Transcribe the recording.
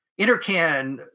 intercan